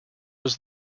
was